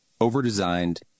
over-designed